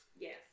Yes